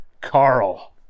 Carl